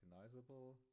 recognizable